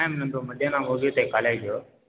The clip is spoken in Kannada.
ಮ್ಯಾಮ್ ನನ್ನದು ಮಧ್ಯಾಹ್ನ ಮುಗಿಯುತೆ ಕಾಲೇಜು